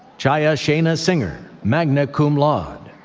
chaya sheina singer, magna cum laude.